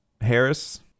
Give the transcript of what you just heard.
Harris